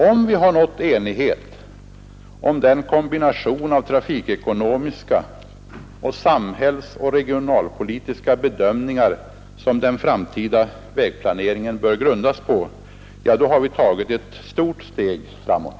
Har vi nått enighet om den kombination av trafikekonomiska och samhällsoch regionalpolitiska bedömningar som den framtida vägplaneringen bör grundas på, då har vi tagit ett stort steg framåt.